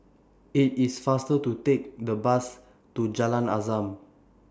IT IS faster to Take The Bus to Jalan Azam